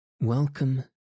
Welcome